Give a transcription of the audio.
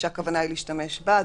שהכוונה היא להשתמש בה.